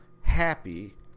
happy